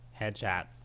Headshots